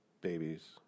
babies